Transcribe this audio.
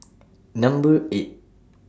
Number eight